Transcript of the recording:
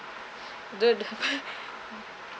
dude